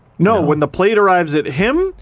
no when the plate arrives at him,